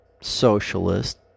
socialist